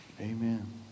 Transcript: Amen